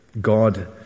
God